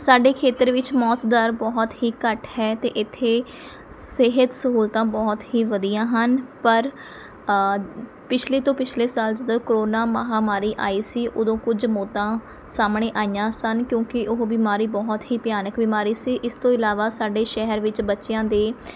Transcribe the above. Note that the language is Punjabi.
ਸਾਡੇ ਖੇਤਰ ਵਿੱਚ ਮੌਤ ਦਰ ਬਹੁਤ ਹੀ ਘੱਟ ਹੈ ਅਤੇ ਇੱਥੇ ਸਿਹਤ ਸਹੂਲਤਾਂ ਬਹੁਤ ਹੀ ਵਧੀਆਂ ਹਨ ਪਰ ਪਿਛਲੇ ਤੋਂ ਪਿਛਲੇ ਸਾਲ ਜਦੋਂ ਕਰੋਨਾ ਮਹਾਂਮਾਰੀ ਆਈ ਸੀ ਉਦੋਂ ਕੁਝ ਮੌਤਾਂ ਸਾਹਮਣੇ ਆਈਆਂ ਸਨ ਕਿਉਂਕਿ ਉਹ ਬਿਮਾਰੀ ਬਹੁਤ ਹੀ ਭਿਆਨਕ ਬਿਮਾਰੀ ਸੀ ਇਸ ਤੋਂ ਇਲਾਵਾ ਸਾਡੇ ਸ਼ਹਿਰ ਵਿੱਚ ਬੱਚਿਆਂ ਦੇ